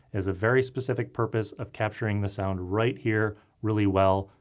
has a very specific purpose of capturing the sound right here really well.